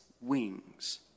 wings